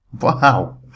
Wow